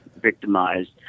victimized